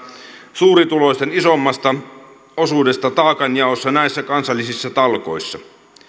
suurituloisten isommasta osuudesta taakanjaossa näissä kansallisissa talkoissa